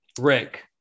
Rick